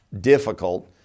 difficult